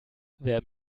wer